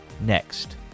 next